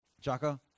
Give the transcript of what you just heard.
Chaka